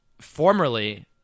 Formerly